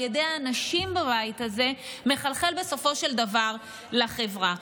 ידי האנשים בבית הזה מחלחל בסופו של דבר לחברה.